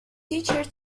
teacher